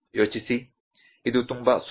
ಯೋಚಿಸಿ ಇದು ತುಂಬಾ ಸುಲಭ